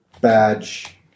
badge